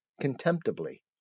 contemptibly